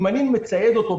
אם אני מצייד אותו,